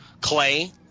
Clay